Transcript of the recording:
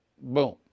boom